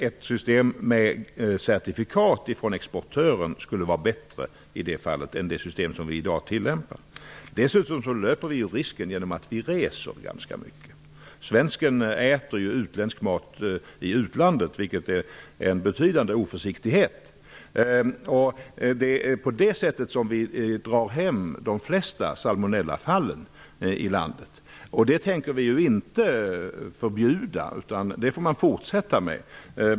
Ett system med certifikat från exportören skulle vara bättre än det system som vi i dag tillämpar. Dessutom löper vi en risk genom att vi reser ganska mycket. Svensken äter utländsk mat i utlandet, vilket är en betydande oförsiktighet. Det är på det sättet som vi drar hem de flesta salmonellafallen i landet. Det tänker vi inte förbjuda, det får man fortsätta med.